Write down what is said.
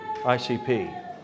ICP